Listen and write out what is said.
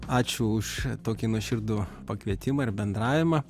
ačiū už tokį nuoširdų pakvietimą ir bendravimą